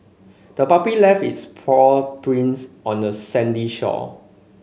the puppy left its paw prints on the sandy shore